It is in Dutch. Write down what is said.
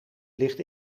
ligt